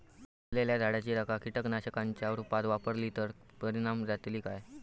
जळालेल्या झाडाची रखा कीटकनाशकांच्या रुपात वापरली तर परिणाम जातली काय?